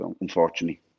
unfortunately